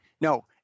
no